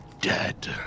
dead